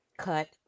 cut